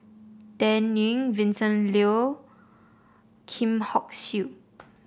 Dan Ying Vincent Leow Kim Hock Siew